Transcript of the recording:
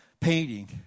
painting